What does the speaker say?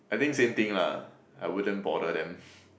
I think same thing lah I wouldn't bother them